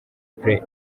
pre